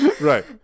right